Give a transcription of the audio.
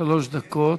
שלוש דקות.